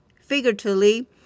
figuratively